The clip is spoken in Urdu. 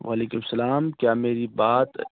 وعلیکم السلام کیا میری بات